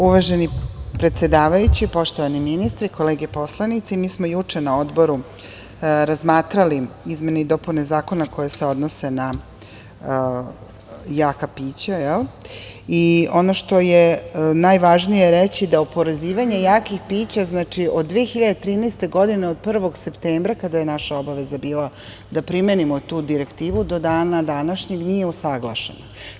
Uvaženi predsedavajući, poštovani ministre, kolege poslanici, mi smo juče na odboru razmatrali izmene i dopune zakona koje se odnose na jaka pića i ono što je najvažnije reći da oporezivanje jakih pića, znači, od 2013. godine, od 1. septembra kada je naša obaveza bila da primenimo tu direktivu do dana današnjeg nije usaglašen.